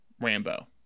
rambo